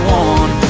one